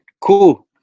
Cool